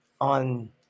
on